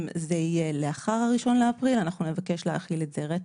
זה יהיה לאחר ה- 1.4.2023 אנחנו נבקש להחיל את זה רטרו,